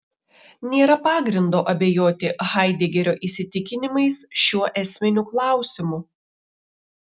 nėra pagrindo abejoti haidegerio įsitikinimais šiuo esminiu klausimu